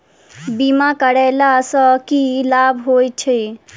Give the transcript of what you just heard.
बीमा करैला सअ की लाभ होइत छी?